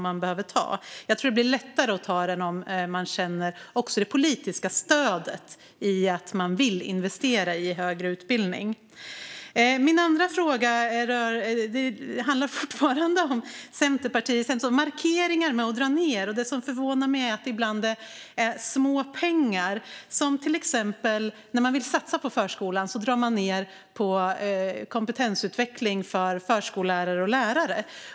Jag tror att det blir lättare att ta den rollen om man känner det politiska stödet att det finns en vilja att investera i högre utbildning. Min andra fråga handlar också om Centerpartiets markeringar med att dra ned. Det som förvånar mig är att det ibland är små pengar. När man vill satsa på förskolan drar man till exempel ned på kompetensutveckling för förskollärare och lärare.